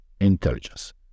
intelligence